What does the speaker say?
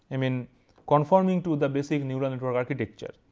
i mean conforming to the basic neural network architecture.